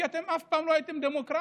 כי אתם אף פעם לא הייתם דמוקרטיים.